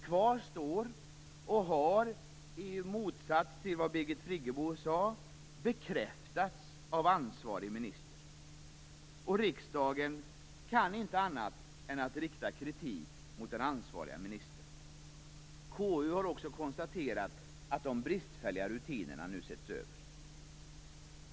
Kvar står - och det har i motsats till vad Birgit Friggebo sade också bekräftats av ansvarig minister - att riksdagen inte kan annat än att rikta kritik mot den ansvarige ministern. KU har också konstaterat att de bristfälliga rutinerna nu setts över.